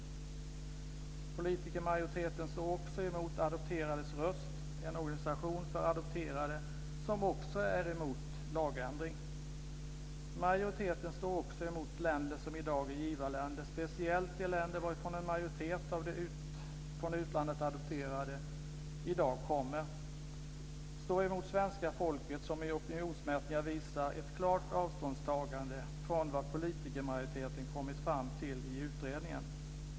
Politikermajoriteten står också emot Adopterades röst, en organisation för adopterade som också är emot en lagändring. Majoriteten står också emot länder som i dag är givarländer, speciellt de länder varifrån en majoritet av de från utlandet adopterade i dag kommer, och svenska folket som i opinionsmätningar visar ett klart avståndstagande från vad politikermajoriteten kommit fram till i utredningen.